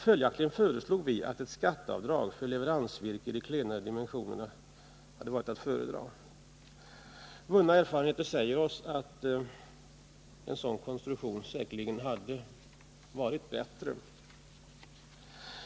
Följaktligen föreslog vi ett skatteavdrag för leveransvirke i de klenare dimensionerna. Det hade varit att föredra — vunna erfarenheter säger oss att en sådan konstruktion säkerligen hade varit bättre.